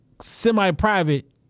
semi-private